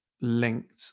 linked